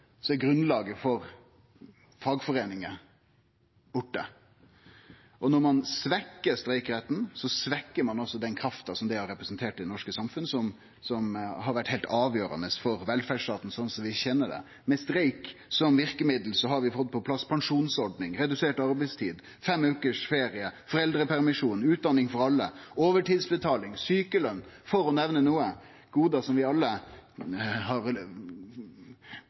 er grunnlaget for fagforeiningar borte. Når ein svekker streikeretten, svekker ein også den krafta han har representert i det norske samfunn, som har vore heilt avgjerande for velferdsstaten slik vi kjenner han. Med streik som verkemiddel har vi fått på plass pensjonsordning, redusert arbeidstid, fem vekers ferie, foreldrepermisjon, utdanning for alle, overtidsbetaling og sjukelønn, for å nemne noko. Det er gode vi alle har